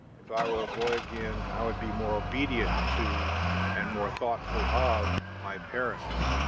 if i were a boy again i would be more obedient to and more thoughtful of my parents.